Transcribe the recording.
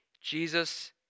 Jesus